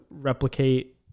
replicate